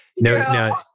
no